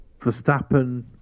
Verstappen